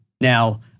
Now